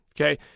Okay